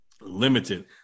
limited